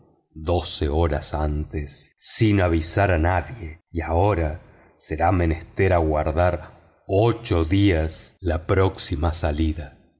doce horas antes sin avisar a nadie y ahora será menester aguardar ocho días la próxima salida